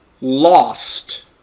lost